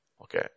Okay